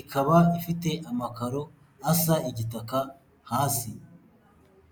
ikaba ifite amakaro asa igitaka hasi.